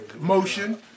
Motion